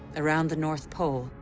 around the north pole,